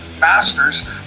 masters